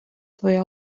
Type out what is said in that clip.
твоя